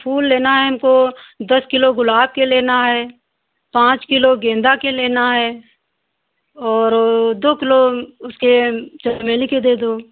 फूल लेना है हमको दस किलो गुलाब के लेना है पाँच किलो गेंदा के लेना है और दो किलो उसके चमेली के दे दो